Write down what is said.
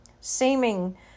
seeming